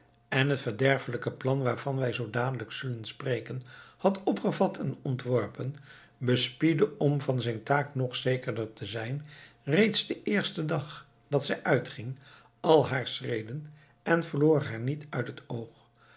en het verderfelijke plan waarvan wij zoo dadelijk zullen spreken had opgevat en ontworpen bespiedde om van zijn taak nog zekerder te zijn reeds den eersten dag dat zij uitging al haar schreden en verloor haar niet uit het oog